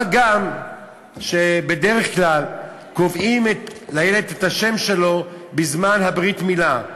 מה גם שבדרך כלל קובעים לילד את השם שלו בזמן ברית המילה,